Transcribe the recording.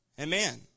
Amen